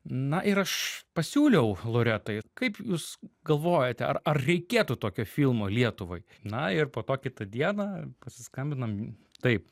na ir aš pasiūliau loretai kaip jūs galvojate ar ar reikėtų tokio filmo lietuvai na ir po to kitą dieną pasiskambinam taip